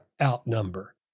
outnumber